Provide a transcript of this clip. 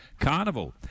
Carnival